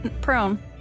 prone